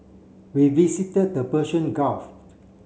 we visited the Persian Gulf